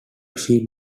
sheet